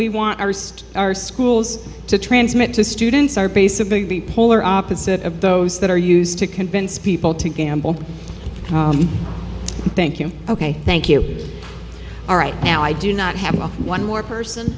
we want our east our schools to transmit to students are basically the polar opposite of those that are used to convince people to gamble thank you ok thank you all right now i do not have one more person